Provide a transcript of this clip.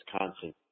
Wisconsin